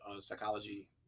psychology